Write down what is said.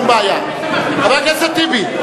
חבר הכנסת טיבי.